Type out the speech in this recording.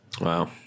Wow